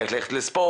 איך ללכת לספורט,